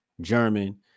german